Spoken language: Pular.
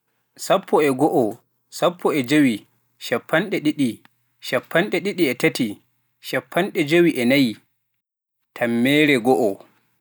A waawai limaa lambaaji sappoy sarkiti di hakkunde hownde e sappoy jowi.